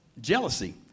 Jealousy